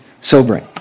Sobering